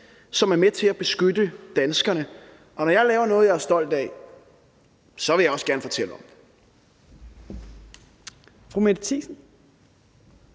som er med til at beskytte danskerne. Og når jeg laver noget, jeg er stolt af, så vil jeg også gerne fortælle om det.